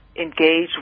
engage